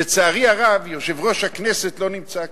לצערי הרב, יושב-ראש הכנסת לא נמצא כאן,